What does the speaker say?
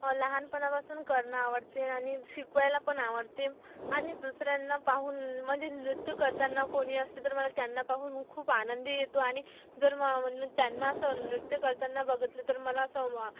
लहानपणापासून करणं आवडते आणि शिकवायला पण आवडते आणि दुसऱ्यांना पाहून म्हणजे नृत्य करतांना कोणी असते तर मला त्यांना पाहून खूप आनंदही येतो आणि जर मग त्यांना असं नृत्य करतांना बघितलं तर मला असं